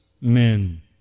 men